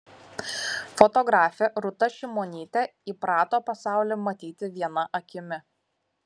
fotografė rūta šimonytė įprato pasaulį matyti viena akimi